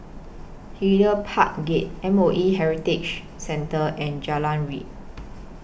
Hyde Park Gate M O E Heritage Centre and Jalan Ria